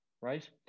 right